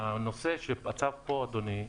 הנושא של הצו פה, אדוני,